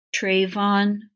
Trayvon